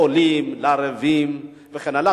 לעולים, לערבים וכן הלאה.